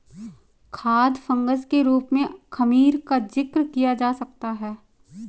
खाद्य फंगस के रूप में खमीर का जिक्र किया जा सकता है